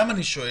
למה אני שואל?